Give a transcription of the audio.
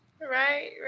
Right